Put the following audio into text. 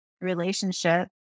relationship